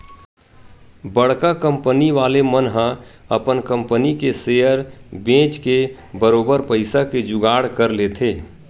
बड़का कंपनी वाले मन ह अपन कंपनी के सेयर बेंच के बरोबर पइसा के जुगाड़ कर लेथे